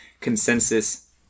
consensus